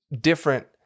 different